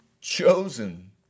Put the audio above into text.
chosen